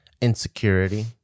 insecurity